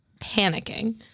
panicking